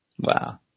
Wow